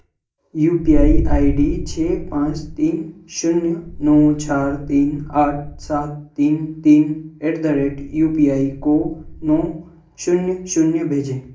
you P I I D छः पाँच तीन शून्य नौ चार तीन आठ सात तीन तीन at the rate U P I को नौ शून्य शून्य भेजें